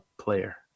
player